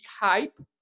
hype